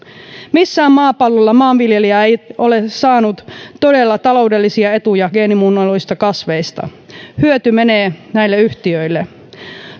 missään maapallolla maanviljelijä ei ole saanut todella taloudellisia etuja geenimuunnelluista kasveista hyöty menee näille yhtiöille